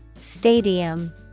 Stadium